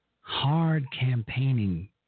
hard-campaigning